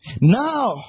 Now